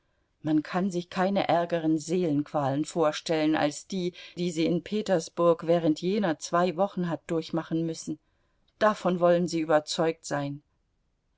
man kann sich keine ärgeren seelenqualen vorstellen als die die sie in petersburg während jener zwei wochen hat durchmachen müssen davon wollen sie überzeugt sein